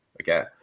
Okay